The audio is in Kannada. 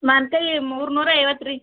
ಮಾವಿನ್ಕಾಯಿ ಮೂರು ನೂರೈವತ್ತು ರೀ